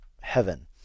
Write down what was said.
heaven